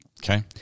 Okay